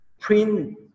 Print